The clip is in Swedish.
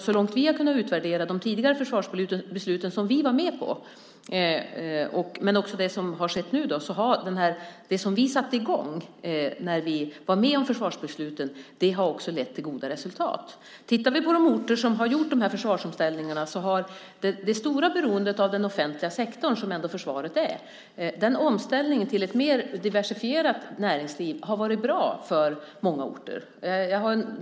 Så långt vi har kunnat utvärdera de tidigare försvarsbeslut som vi var med på men också det som har skett nu har det som vi satte i gång när vi var med om försvarsbeslutet också lett till goda resultat. På de orter som har gjort försvarsomställningar har det stora beroendet av den offentliga sektorn, som försvaret ändå tillhör, minskat. Omställningen till ett mer diversifierat näringsliv har varit bra för många orter.